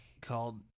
called